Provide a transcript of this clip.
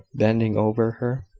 bending over her.